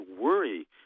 worry